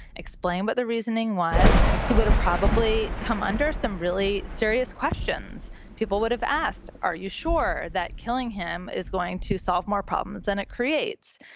explain what the reasoning was. he would have probably come under some really serious questions. people would have asked, are you sure that killing him is going to solve more problems than it creates?